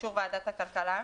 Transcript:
באישור ועדת הכלכלה,